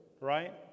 right